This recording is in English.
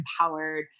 empowered